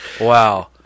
wow